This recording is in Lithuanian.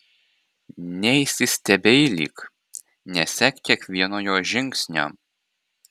neįsistebeilyk nesek kiekvieno jo žingsnio